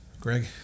Greg